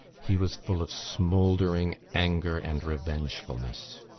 he was full of smouldering anger and revengefulness.